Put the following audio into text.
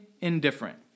indifferent